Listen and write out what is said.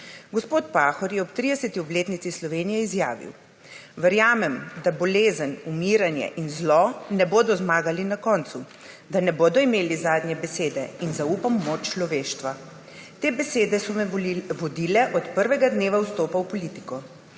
Gospod Pahor je ob 30. obletnici Slovenije izjavil: »Verjamem, da bolezen, umiranje in zlo ne bodo zmagali na koncu, da ne bodo imeli zadnje besede, in zaupam v moč človeštva.« Te besede so me vodile od prvega dneva vstopa v politiko.